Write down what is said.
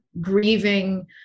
grieving